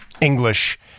english